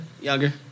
younger